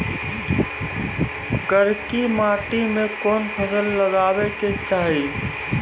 करकी माटी मे कोन फ़सल लगाबै के चाही?